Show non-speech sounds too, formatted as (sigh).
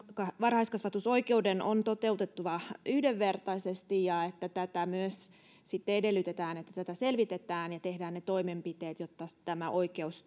varhaiskasvatusoikeuden on toteuduttava yhdenvertaisesti ja että myös edellytetään että tätä selvitetään ja tehdään ne toimenpiteet jotta tämä oikeus (unintelligible)